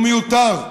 הוא מיותר,